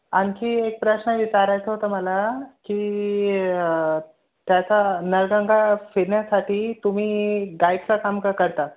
आणखी एक प्रश्न विचारायचं होतं मला की त्याचा नळगंगा फिरण्यासाठी तुम्ही गाईडचं काम का करतात